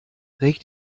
reg